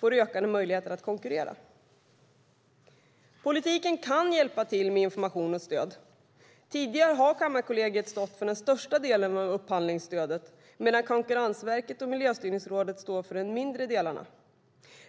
får ökade möjligheter att konkurrera. Politiken kan hjälpa till med information och stöd. Tidigare har Kammarkollegiet stått för den största delen av upphandlingsstödet, medan Konkurrensverket och Miljöstyrningsrådet har stått för de mindre delarna.